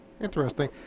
Interesting